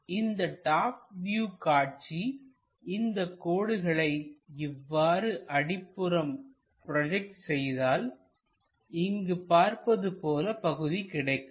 இந்த top view காட்சி இந்தக் கோடுகளை இவ்வாறு அடிப்புறம் ப்ரோஜெக்ட் செய்தால்இங்கு பார்ப்பது போல பகுதி கிடைக்கும்